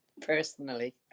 personally